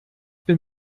bin